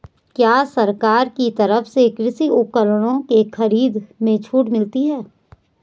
क्या सरकार की तरफ से कृषि उपकरणों के खरीदने में छूट मिलती है?